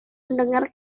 mendengar